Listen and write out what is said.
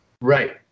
right